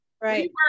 right